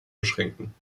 beschränken